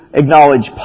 acknowledge